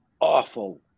awful